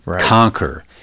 conquer